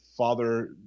father